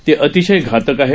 हे अतिशय घातक आहे